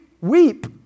weep